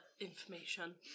information